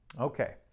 Okay